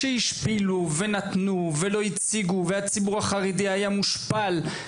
כשהפלו ולא הציגו ונתנו לציבור החרדי להיות מושפל.